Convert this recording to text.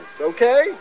Okay